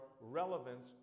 relevance